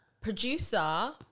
producer